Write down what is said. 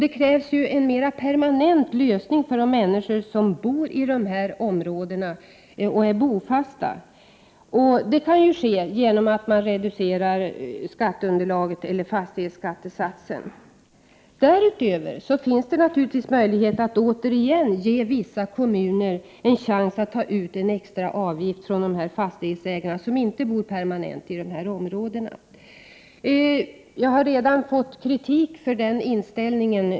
Det krävs en mer permanent lösning av problemen för de människor som är bofasta i dessa områden. Det kan ske genom att skatteunderlaget eller fastighetsskattesatsen reduceras. Därutöver finns det naturligtvis möjlighet att återigen ge vissa kommuner en chans att ta ut en extra avgift från de fastighetsägare som inte bor permanent i dessa områden. Jag har redan fått kritik här i kammaren för denna inställning.